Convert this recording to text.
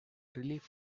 relief